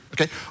okay